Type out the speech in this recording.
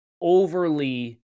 overly